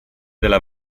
della